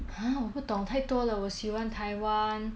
ha 我不懂太多了我喜欢台湾